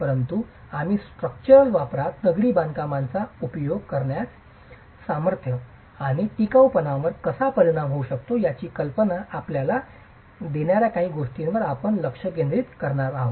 परंतु आम्ही स्ट्रक्चरल वापरातच दगडी बांधकामांचा उपयोग करण्याच्या सामर्थ्य आणि टिकाऊपणावर कसा परिणाम होऊ शकतो याची कल्पना आपल्याला देणाऱ्या काही गोष्टींवर आपण लक्ष केंद्रित करणार आहोत